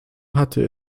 hatte